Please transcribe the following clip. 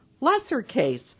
lesser-case